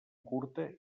curta